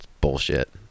bullshit